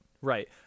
right